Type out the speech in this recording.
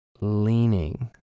leaning